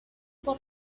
por